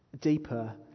deeper